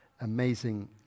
amazing